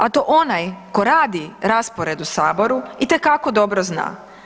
A to onaj ko radi raspored u Saboru, itekako dobro zna.